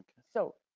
so,